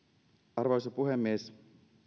arvoisa puhemies